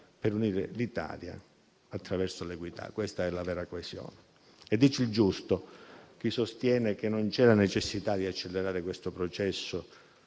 per unire l'Italia attraverso l'equità. Questa è la vera coesione e dice il giusto chi sostiene che non c'è necessità di accelerare questo processo